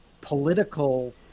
political